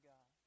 God